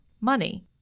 money